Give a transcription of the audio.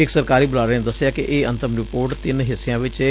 ਇਕ ਸਰਕਾਰੀ ਬੁਲਾਰੇ ਨੇ ਦਸਿਐ ਕਿ ਇਹ ਅੰਤਮ ਰਿਪੋਰਟ ਤਿੰਨ ਹਿੱਸਿਆਂ ਵਿੱਚ ਏ